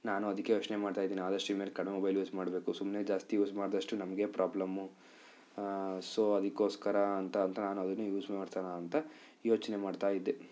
ನಾನು ಅದಕ್ಕೆ ಯೋಚನೆ ಮಾಡ್ತಾಯಿದೀನಿ ಆದಷ್ಟು ಇನ್ಮೇಲೆ ಕಡಿಮೆ ಮೊಬೈಲ್ ಯೂಸ್ ಮಾಡಬೇಕು ಸುಮ್ನೆ ಜಾಸ್ತಿ ಯೂಸ್ ಮಾಡಿದಷ್ಟು ನಮಗೇ ಪ್ರಾಬ್ಲಮ್ಮು ಸೊ ಅದಕ್ಕೋಸ್ಕರ ಅಂತ ಅಂತ ನಾನು ಅದನ್ನೇ ಯೂಸ್ ಮಾಡಿಸೋಣ ಅಂತ ಯೋಚನೆ ಮಾಡ್ತಾ ಇದ್ದೆ